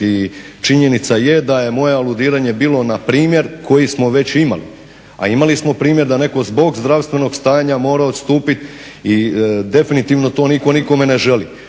I činjenica je da je moje aludiranje bilo na primjer koji smo već imali, a imali smo primjer da netko zbog zdravstvenog stanja mora odstupit i definitivno to nitko nikome ne želi.